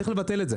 צריך לבטל את זה,